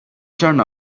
turn